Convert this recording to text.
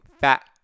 fat